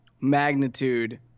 magnitude